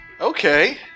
Okay